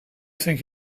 think